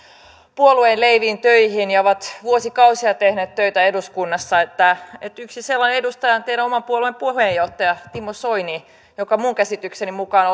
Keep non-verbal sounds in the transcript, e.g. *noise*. puo lueen leipiin töihin ja ovat vuosikausia tehneet töitä eduskunnassa yksi sellainen edustaja on teidän oman puolueenne puheenjohtaja timo soini joka minun käsitykseni mukaan *unintelligible*